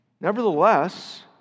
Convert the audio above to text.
Nevertheless